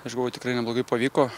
aš galvoju tikrai neblogai pavyko